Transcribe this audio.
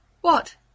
What